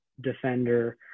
defender